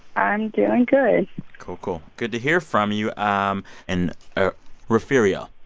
i'm doing good cool, cool. good to hear from you. um and ah refugio?